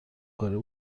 کارهای